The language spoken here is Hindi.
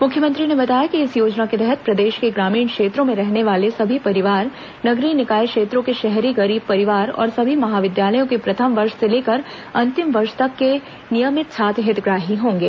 मुख्यमंत्री ने बताया कि इस योजना के तहत प्रदेश के ग्रामीण क्षेत्रों में रहने वाले सभी परिवार नगरीय निकाय क्षेत्रों के शहरी गरीब परिवार और सभी महाविद्यालयों के प्रथम वर्ष से लेकर अंतिम वर्ष तक के नियमित छात्र हितग्राही होंगे